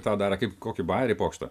tą darė kaip kokį bajerį pokštą